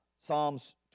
Psalms